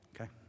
okay